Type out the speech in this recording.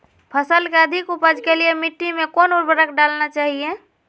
फसल के अधिक उपज के लिए मिट्टी मे कौन उर्वरक डलना चाइए?